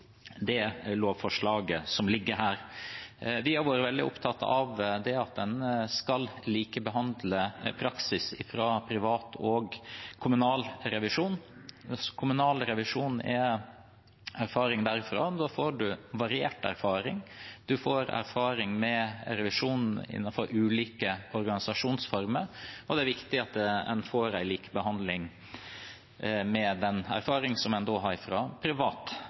det lovforslaget som ligger her. Vi har vært veldig opptatt av at en skal likebehandle praksis fra privat og kommunal revisjon. Fra kommunal revisjon får man variert erfaring, man får erfaring med revisjon innenfor ulike organisasjonsformer, og det er viktig at man får likebehandling med erfaring fra privat revisjon. Det er også, som